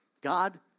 God